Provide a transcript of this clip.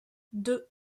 deux